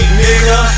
nigga